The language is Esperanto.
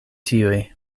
tiuj